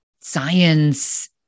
science